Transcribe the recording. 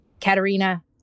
Katerina